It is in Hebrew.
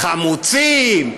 "חמוצים",